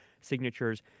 signatures